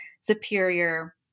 superior